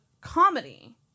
comedy